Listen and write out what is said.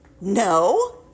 no